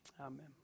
amen